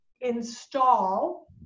install